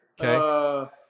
Okay